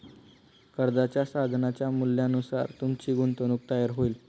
कर्जाच्या सध्याच्या मूल्यानुसार तुमची गुंतवणूक तयार होईल